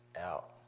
out